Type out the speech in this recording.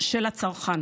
של הצרכן.